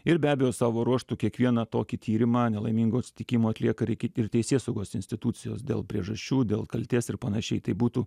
ir be abejo savo ruožtu kiekvieną tokį tyrimą nelaimingo atsitikimo atlieka ir ir teisėsaugos institucijos dėl priežasčių dėl kaltės ir panašiai tai būtų